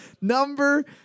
number